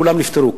כולם נפטרו,